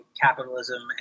capitalism